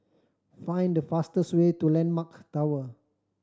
find the fastest way to Landmark Tower